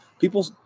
People